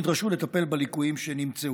היחידות נדרשו לטפל בליקויים שנמצאו.